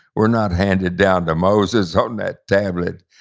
were not handed down to moses on that tablet.